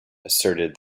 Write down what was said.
asserted